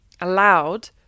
allowed